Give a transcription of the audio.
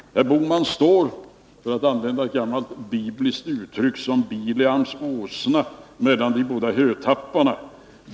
Herr Bohman står, för att använda ett gammalt bibliskt uttryck, som Bileams åsna mellan de båda hötapparna.